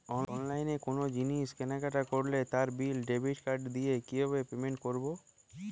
অনলাইনে কোনো জিনিস কেনাকাটা করলে তার বিল ডেবিট কার্ড দিয়ে কিভাবে পেমেন্ট করবো?